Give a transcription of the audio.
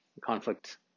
conflict